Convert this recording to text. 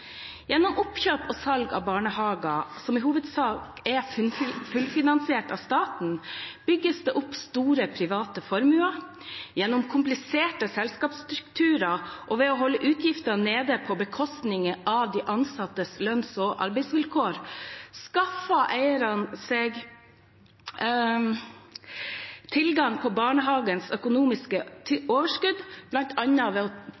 Gjennom oppkjøp og salg av barnehager som i hovedsak er fullfinansiert av staten, bygges det opp store private formuer gjennom kompliserte selskapsstrukturer, og ved å holde utgiftene nede på bekostning av de ansattes lønns- og arbeidsvilkår skaffer eierne seg tilgang på barnehagens økonomiske overskudd, bl.a. ved å